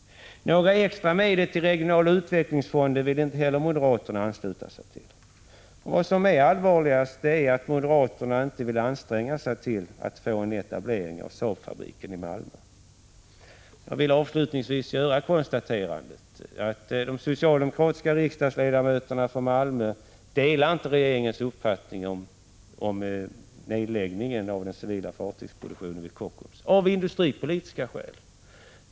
Några extra medel till regionala utvecklingsfonder vill moderaterna inte heller ansluta sig till. Vad som är allvarligast är att moderaterna inte vill anstränga sig för att få en etablering av Saabfabriken i Malmö. Jag vill avslutningsvis göra det konstaterandet att de socialdemokratiska riksdagsledamöterna från Malmö av industripolitiska skäl inte delar regeringens uppfattning om nedläggningen av den civila fartygsproduktionen vid Kockums.